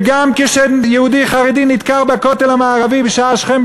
וגם כשיהודי חרדי נדקר בכותל המערבי בשער שכם,